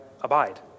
abide